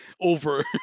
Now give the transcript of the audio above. over